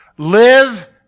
Live